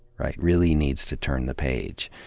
right? really needs to turn the page.